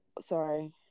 Sorry